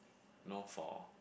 know for